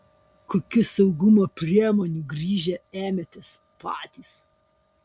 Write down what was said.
kokių saugumo priemonių grįžę ėmėtės patys